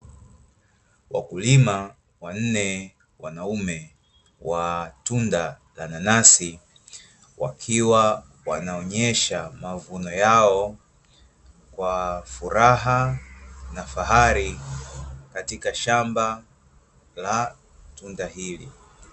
Wakulima wanne wanaume wa tunda nanasi wakiwa wanaonyesha mavuno yao kwa furaha na fahari katika shamba la tunda hili.